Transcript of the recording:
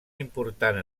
important